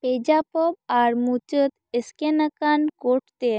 page up ᱟᱨ ᱢᱩᱪᱟᱹᱫ ᱥᱠᱮᱱᱟᱠᱟᱱ ᱠᱳᱰᱛᱮ